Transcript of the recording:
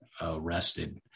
arrested